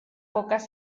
pocas